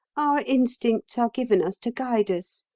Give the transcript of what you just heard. our instincts are given us to guide us.